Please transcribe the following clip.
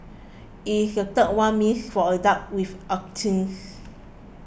it is the third one means for adults with autism